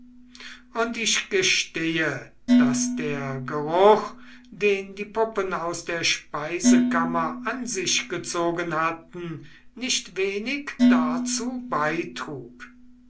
und ich gestehe daß der geruch den die puppen aus der speisekammer an sich gezogen hatten nicht wenig dazu beitrug